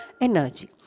energy